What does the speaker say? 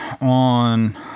on